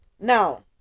Now